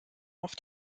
auf